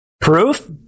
Proof